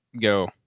go